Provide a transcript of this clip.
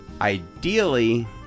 ideally